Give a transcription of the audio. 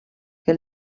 que